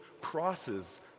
crosses